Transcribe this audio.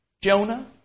Jonah